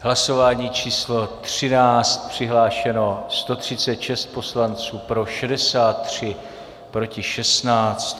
V hlasování číslo 13 přihlášeno 136 poslanců, pro 63, proti 16.